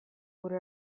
gure